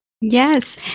Yes